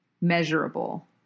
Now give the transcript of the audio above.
measurable